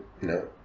No